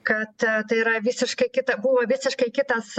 kad tai yra visiškai kita buvo visiškai kitas